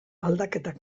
aldaketak